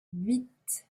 huit